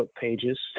pages